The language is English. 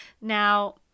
Now